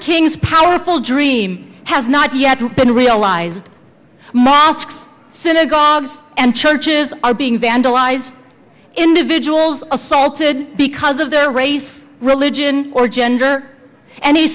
king's powerful dream has not yet been realized mosques synagogues and churches are being vandalized individuals assaulted because of their race religion or gender an